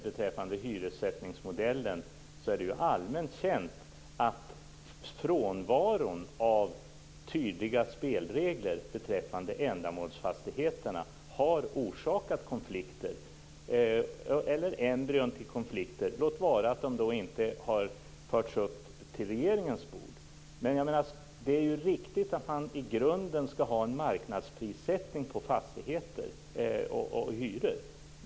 Beträffande hyressättningsmodellen är det allmänt känt att frånvaron av tydliga spelregler i fråga om ändamålsfastigheterna har orsakat konflikter eller embryon till konflikter, låt vara att de inte har förts upp till regeringens bord. Det är riktigt att man i grunden skall ha en marknadsprissättning på fastigheter och hyror.